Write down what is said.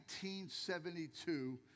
1972